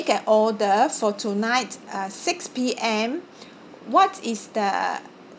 an order for tonight uh six P_M what is the